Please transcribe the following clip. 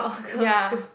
ya